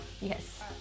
Yes